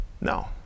No